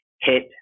hit